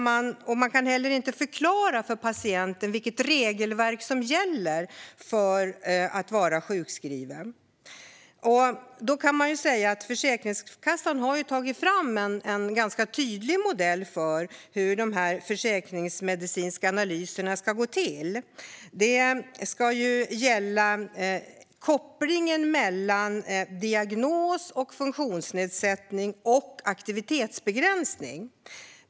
De kan heller inte förklara för patienten vilket regelverk som gäller för att man ska få vara sjukskriven. Försäkringskassan har tagit fram en ganska tydlig modell för hur de försäkringsmedicinska analyserna ska gå till. Det ska gälla kopplingen mellan diagnos och funktionsnedsättning och aktivitetsbegränsning.